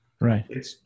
Right